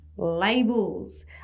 labels